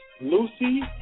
Lucy